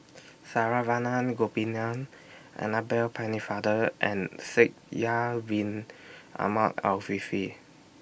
Saravanan Gopinathan Annabel Pennefather and Shaikh Yahya Win Ahmed Afifi